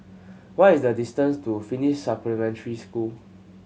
what is the distance to Finnish Supplementary School